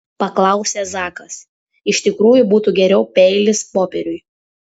paklausė zakas iš tikrųjų būtų geriau peilis popieriui